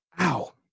Ow